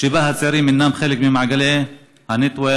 שבה הצעירים אינם חלק ממעגלי ה-network,